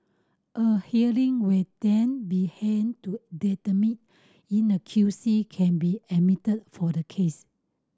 a hearing will then be held to determine in a Q C can be admitted for the case